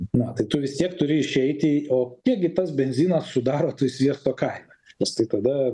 na tai tu vis tiek turi išeiti o kiek gi tas benzinas sudaro toj sviesto kainoj nes tai tada